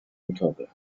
اتاقه